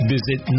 Visit